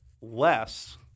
less